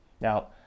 Now